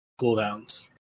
cooldowns